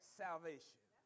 salvation